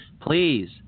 please